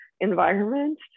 environment